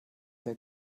der